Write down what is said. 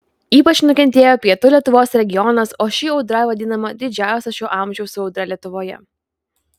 ypač nukentėjo pietų lietuvos regionas o ši audra vadinama didžiausia šio amžiaus audra lietuvoje